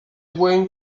buen